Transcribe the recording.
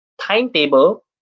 timetable